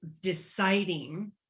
deciding